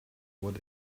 what